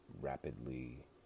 rapidly